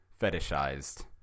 fetishized